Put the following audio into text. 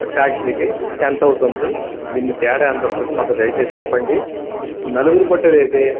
ఇక్కడ టాక్సీకి ఎంతవుతుంది దీని తేడా ఎంత ఉంటుంది దయచేసి మాకు చెప్పండి నలుగురు పట్టేదైతే